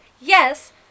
Yes